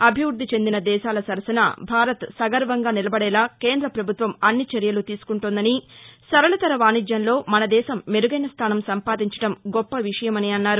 అభివృద్ది చెందిన దేశాల సరసన భారత్ సగర్వంగా నిలబడేలా కేంద్ర ప్రభుత్వం అన్ని చర్యలు తీసుకుంటోందని సరళతర వాణిజ్యంలో మనదేశం మెరుగైన స్థానం సంపాదించడం గొప్పవిషయమని అన్నారు